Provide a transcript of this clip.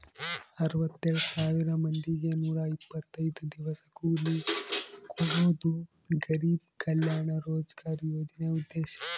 ಅರವತ್ತೆಳ್ ಸಾವಿರ ಮಂದಿಗೆ ನೂರ ಇಪ್ಪತ್ತೈದು ದಿವಸ ಕೂಲಿ ಕೊಡೋದು ಗರಿಬ್ ಕಲ್ಯಾಣ ರೋಜ್ಗರ್ ಯೋಜನೆ ಉದ್ದೇಶ